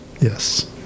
Yes